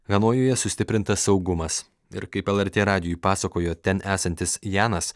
hanojuje sustiprintas saugumas ir kaip lrt radijui pasakojo ten esantis janas